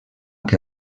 que